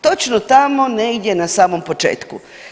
Točno tamo negdje na samom početku.